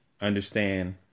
understand